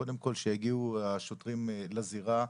קודם כל שיגיעו השוטרים לזירה,